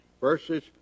verses